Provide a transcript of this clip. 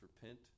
repent